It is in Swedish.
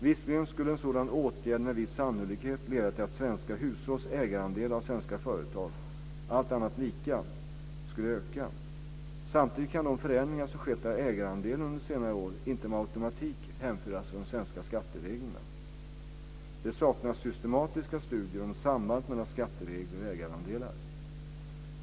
Visserligen skulle en sådan åtgärd med viss sannolikhet leda till att svenska hushålls ägarandel av svenska företag, allt annat lika, skulle öka. Samtidigt kan de förändringar som skett av ägarandelen under senare år inte med automatik hänföras till de svenska skattereglerna. Det saknas systematiska studier om sambandet mellan skatteregler och ägarandelar.